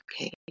okay